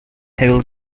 will